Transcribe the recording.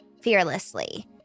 fearlessly